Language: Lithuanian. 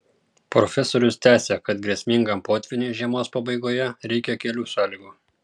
profesorius tęsia kad grėsmingam potvyniui žiemos pabaigoje reikia kelių sąlygų